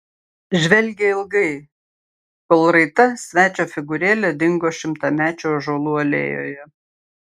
žvelgė ilgai kol raita svečio figūrėlė dingo šimtamečių ąžuolų alėjoje